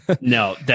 No